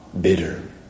bitter